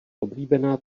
oblíbená